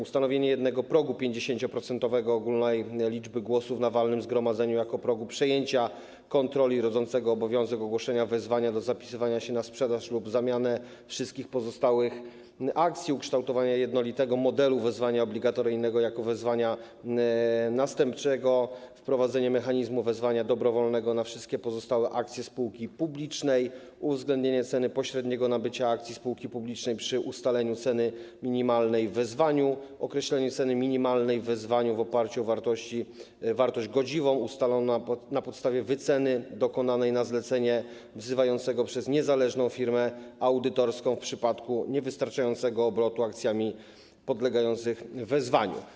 Ustanowienie jednego progu 50% ogólnej liczby głosów na walnym zgromadzeniu jako progu przejęcia kontroli rodzącego obowiązek ogłoszenia wezwania do zapisywania się na sprzedaż lub zamianę wszystkich pozostałych akcji; ukształtowanie jednolitego modelu wezwania obligatoryjnego jako wezwania następczego; wprowadzenie mechanizmu wezwania dobrowolnego na wszystkie pozostałe akcje spółki publicznej; uwzględnianie ceny pośredniego nabycia akcji spółki publicznej przy ustalaniu ceny minimalnej w wezwaniu, określanie ceny minimalnej w wezwaniu w oparciu o wartość godziwą, ustaloną na podstawie wyceny dokonanej na zlecenie wzywającego przez niezależną firmę audytorską, w przypadku niewystarczającego obrotu akcjami podlegającymi wezwaniu.